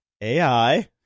AI